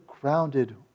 grounded